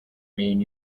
mean